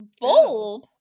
Bulb